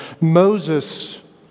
Moses